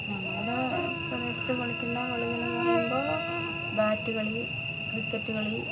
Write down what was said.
ഞങ്ങളുടെ പ്രദേശത്ത് കളിക്കുന്ന കളികളെന്ന് പറയുമ്പോൾ ബാറ്റ് കളി ക്രിക്കറ്റ് കളി